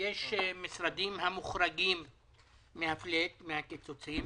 ויש משרדים שמוחרגים מהפלאט, מהקיצוצים,